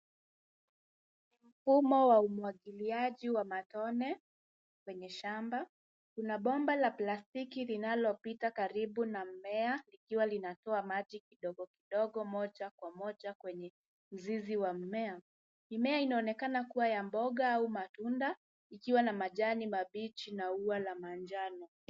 Mfumo wa umwagiliaji wa matone kwenye shamba. Kuna bomba la plastiki linalopita karibu na mmea likiwa linatoa maji kidogo kidogo moja kwa moja kwenye mzizi wa mmea. Mimea inaonekana kuwa ya mboga au matunda ikiwa na majani mabichi na ua la manjano.